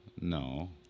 no